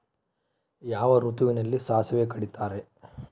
ಯಾವ ಋತುವಿನಲ್ಲಿ ಸಾಸಿವೆ ಕಡಿತಾರೆ?